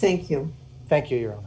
thank you thank you